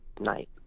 night